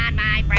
and my